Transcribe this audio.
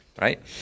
right